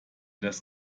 das